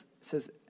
says